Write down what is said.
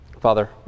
Father